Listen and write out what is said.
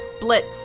Blitz